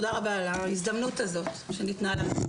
תודה רבה על ההזדמנות הזאת שניתנה לנו.